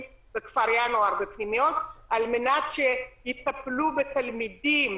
בכפרי נוער ובפנימיות על-מנת שיטפלו בתלמידים